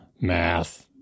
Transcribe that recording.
math